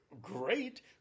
great